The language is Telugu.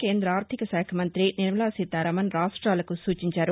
కేంద్రద ఆర్థిక శాఖ మంత్రి నిర్మలా సీతారామన్ ర్పాష్టాలకు సూచించారు